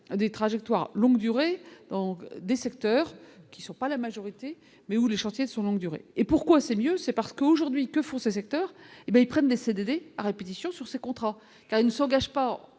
des trajectoires longue durée dans des secteurs qui sont pas la majorité, mais où les chantiers sont longue durée et pourquoi c'est mieux, c'est parce que, aujourd'hui, que font ces secteurs et prennent des CDD à répétition sur ces contrats car il ne s'engage pas